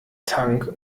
tank